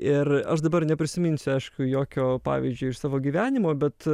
ir aš dabar neprisiminsiu aišku jokio pavyzdžio iš savo gyvenimo bet